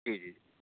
जी जी